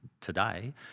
today